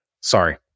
Sorry